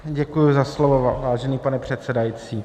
Děkuji za slovo, vážený pane předsedající.